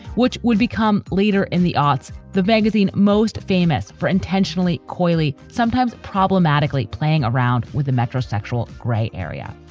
which would become leader in the arts. the magazine most famous for intentionally, coyly, sometimes problematically playing around with the metrosexual gray area.